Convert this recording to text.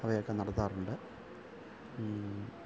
അവയൊക്കെ നടത്താറുണ്ട്